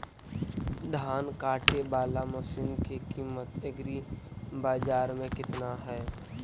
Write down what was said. धान काटे बाला मशिन के किमत एग्रीबाजार मे कितना है?